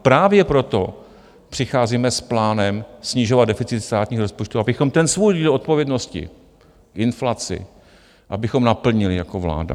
Právě proto přicházíme s plánem snižovat deficit státního rozpočtu, abychom ten svůj díl odpovědnosti inflaci, abychom naplnili jako vláda.